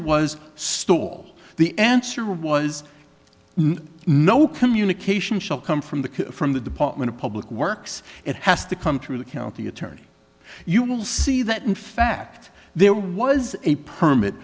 was stall the answer was no communication shall come from the from the department of public works it has to come through the county attorney you will see that in fact there was a permit